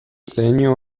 leinu